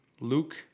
Luke